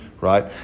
right